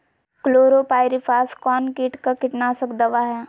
Chlorpyrifos कौन किट का कीटनाशक दवा है?